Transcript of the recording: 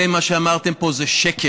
אתם, מה שאמרתם פה זה שקר.